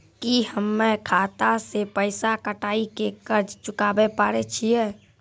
की हम्मय खाता से पैसा कटाई के कर्ज चुकाबै पारे छियै?